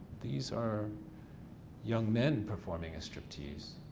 these are young men performing a striptease.